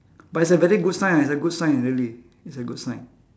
but it's a very good sign ah it's a good sign really it's a good sign